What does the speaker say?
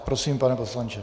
Prosím, pane poslanče.